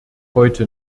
heute